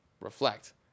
Reflect